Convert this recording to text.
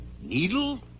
Needle